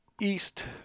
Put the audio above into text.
east